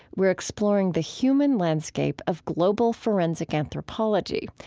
we're exploring the human landscape of global forensic anthropology,